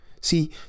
see